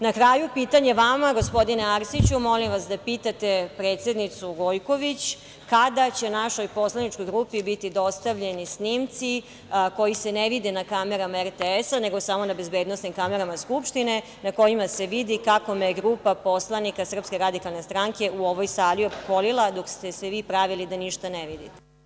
Na kraju, pitanje vama, gospodine Arsiću, molim vas da pitate predsednicu Gojković kada će našoj poslaničkoj grupi biti dostavljeni snimci, koji se ne vide na kamerama RTS-a, nego samo na bezbednosnim kamerama Skupštine, na kojima se vidi kako me je grupa poslanika SRS u ovoj sali opkolila, dok ste se vi pravili da ništa ne vidite?